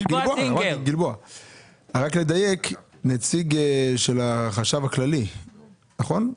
רק לדייק, נציג של החשב הכללי, נכון?